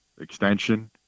extension